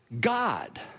God